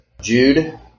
Jude